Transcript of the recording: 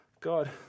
God